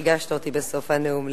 ריגשת אותי בסוף הנאום,